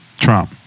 Trump